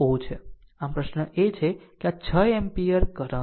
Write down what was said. આમ પ્રશ્ન એ છે કે અહીં આ 6 એમ્પીયર કરંટ છે